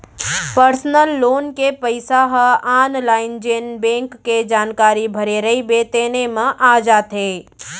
personal loan के पइसा ह आनलाइन जेन बेंक के जानकारी भरे रइबे तेने म आ जाथे